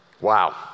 Wow